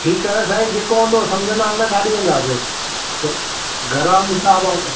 ठीकु आहे साईं जेको हूंदो समुझंदासि न काॾे वेंदासि घर जो हिसाब अलॻि